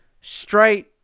straight